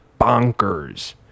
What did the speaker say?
bonkers